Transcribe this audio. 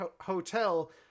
hotel